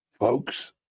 Folks